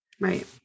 Right